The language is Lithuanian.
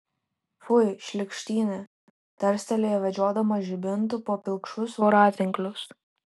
fui šlykštynė tarstelėjo vedžiodamas žibintu po pilkšvus voratinklius